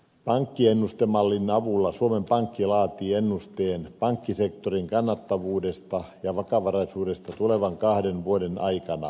pankkiennustemallin avulla suomen pankki laatii ennusteen pankkisektorin kannattavuudesta ja vakavaraisuudesta tulevan kahden vuoden aikana